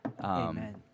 Amen